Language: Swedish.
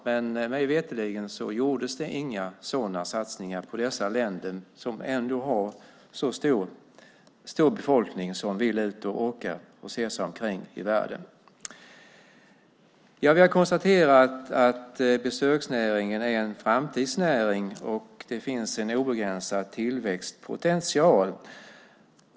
Men mig veterligen gjordes det inga sådana satsningar på dessa länder som ändå har så stor befolkning som vill ut och resa och se sig omkring i världen. Vi har konstaterat att besöksnäringen är en framtidsnäring och att det finns en obegränsad tillväxtpotential.